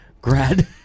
grad